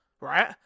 Right